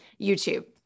YouTube